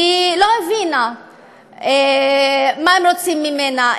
היא לא הבינה מה רוצים ממנה.